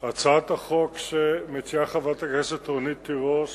הצעת החוק שמציעה חברת הכנסת רונית תירוש